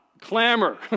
clamor